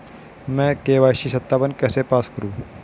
मैं के.वाई.सी सत्यापन कैसे पास करूँ?